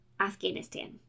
Afghanistan